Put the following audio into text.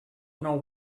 know